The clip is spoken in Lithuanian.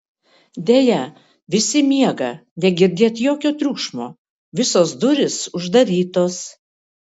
deja visi miega negirdėt jokio triukšmo visos durys uždarytos